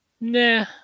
nah